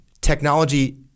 technology